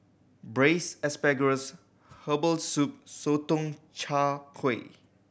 Braised Asparagus herbal soup Sotong Char Kway